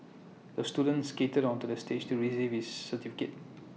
the student skated onto the stage to receive his certificate